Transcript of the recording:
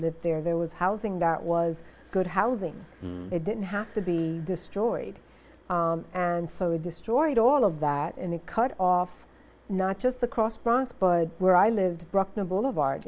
live there there was housing that was good housing it didn't have to be destroyed and so it destroyed all of that and it cut off not just the cross bronx but where i live b